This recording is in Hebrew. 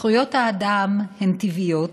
זכויות האדם הן טבעיות